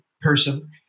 person